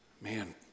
Man